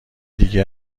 دیگه